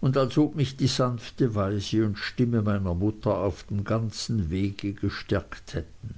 und als ob mich die sanfte weise und stimme meiner mutter auf dem ganzen wege gestärkt hätten